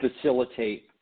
facilitate